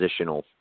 positional